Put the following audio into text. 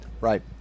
Right